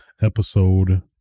episode